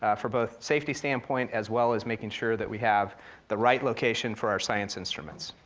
ah for both safety standpoint, as well as making sure that we have the right location for our science instruments.